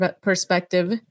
perspective